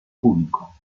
público